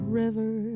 river